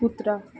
कुत्रा